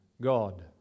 God